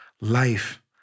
Life